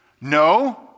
no